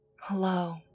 Hello